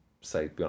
say